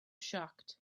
shocked